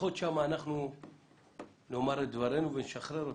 לפחות שם נאמר את דברינו ונשחרר אותם.